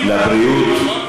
לבריאות?